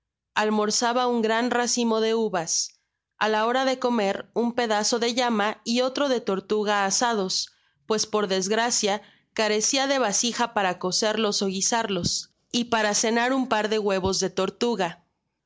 almorzaba un gran racimo de uvas á la hora de comer un pedazo de llama y otro de tortuga asados pues por desgracia carecia de vasija para cocerlos ó guisarlos y para cenar un par de huevos de tortuga